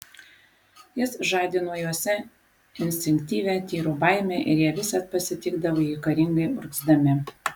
jis žadino juose instinktyvią tyrų baimę ir jie visad pasitikdavo jį karingai urgzdami